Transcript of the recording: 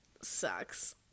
sucks